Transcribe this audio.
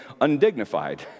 undignified